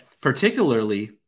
Particularly